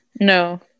No